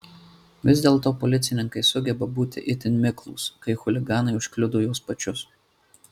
vis dėlto policininkai sugeba būti itin miklūs kai chuliganai užkliudo juos pačius